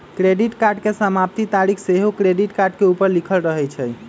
credit card के समाप्ति तारिख सेहो क्रेडिट कार्ड के ऊपर लिखल रहइ छइ